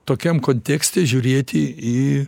tokiam kontekste žiūrėti į